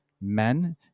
men